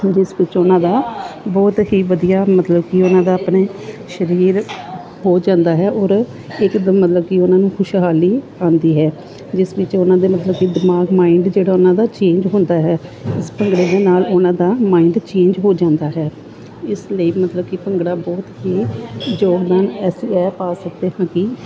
ਜਿਸ ਵਿੱਚ ਉਹਨਾਂ ਦਾ ਬਹੁਤ ਹੀ ਵਧੀਆ ਮਤਲਬ ਕਿ ਉਹਨਾਂ ਦਾ ਆਪਣੇ ਸਰੀਰ ਹੋ ਜਾਂਦਾ ਹੈ ਔਰ ਇੱਕ ਦਾ ਮਤਲਬ ਕਿ ਉਹਨਾਂ ਨੂੰ ਖੁਸ਼ਹਾਲੀ ਆਉਂਦੀ ਹੈ ਜਿਸ ਵਿੱਚ ਉਹਨਾਂ ਦੇ ਮਤਲਬ ਕਿ ਦਿਮਾਗ ਮਾਇੰਡ ਜਿਹੜਾ ਉਹਨਾਂ ਦਾ ਚੇਂਜ ਹੁੰਦਾ ਹੈ ਇਸ ਭੰਗੜੇ ਦੇ ਨਾਲ ਉਹਨਾਂ ਦਾ ਮਾਇੰਡ ਚੇਂਜ ਹੋ ਜਾਂਦਾ ਹੈ ਇਸ ਲਈ ਮਤਲਬ ਕਿ ਭੰਗੜਾ ਬਹੁਤ ਹੀ ਯੋਗਦਾਨ ਐਸੀ ਹੈ ਪਾ ਸਕਦੇ ਹਾਂ ਕਿ